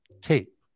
tape